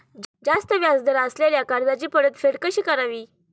जास्त व्याज दर असलेल्या कर्जाची परतफेड कशी करावी?